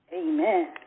Amen